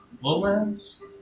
lowlands